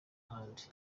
ahandi